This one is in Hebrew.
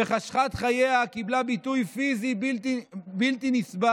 וחשכת חייה קיבלה ביטוי פיזי בלתי נסבל.